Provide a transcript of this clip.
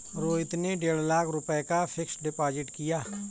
रोहित ने डेढ़ लाख रुपए का फ़िक्स्ड डिपॉज़िट किया